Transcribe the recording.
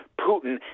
Putin